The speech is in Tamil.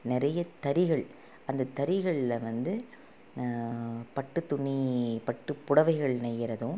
நிறையத் தறிகள் அந்த தறிகளில்வந்து பட்டுத் துணி பட்டுப் புடவைகள் நெய்கிறதும்